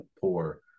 poor